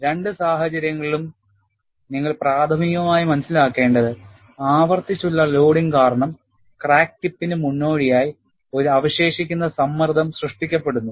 രണ്ട് സാഹചര്യങ്ങളിലും നിങ്ങൾ പ്രാഥമികമായി മനസിലാക്കേണ്ടത് ആവർത്തിച്ചുള്ള ലോഡിംഗ് കാരണം ക്രാക്ക് ടിപ്പിന് മുന്നോടിയായി ഒരു അവശേഷിക്കുന്ന സമ്മർദ്ദം സൃഷ്ടിക്കപ്പെടുന്നു